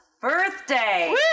birthday